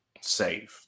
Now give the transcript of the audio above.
save